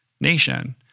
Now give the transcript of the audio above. nation